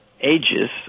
ages